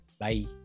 Bye